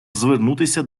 звернутися